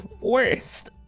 worst